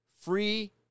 free